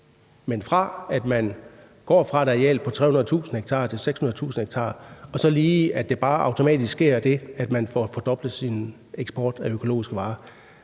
Men i det, at man går fra et areal på 300.000 ha til et på 600.000 ha, er der altså ikke den automatik, at der så bare automatisk sker det, at man får fordoblet sin eksport af økologiske varer.